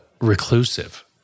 reclusive